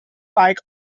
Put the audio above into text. bike